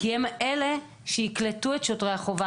כי הם אלה שיקלטו את שוטרי החובה